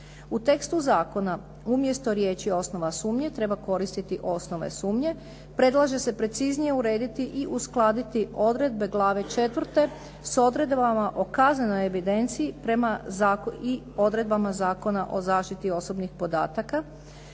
U tekstu zakona umjesto riječi "osnova sumnje", treba koristiti "osnove sumnje". Predlaže se preciznije urediti i uskladiti odredbe glave 4. s odredbama o kaznenoj evidenciji prema i odredbama Zakona o zaštiti osobnih podataka.